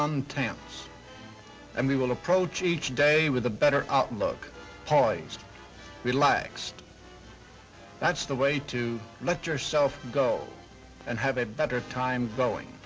tampa and we will approach each day with a better outlook pollies relaxed that's the way to let yourself go and have a better time going